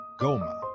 goma